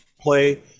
play